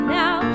now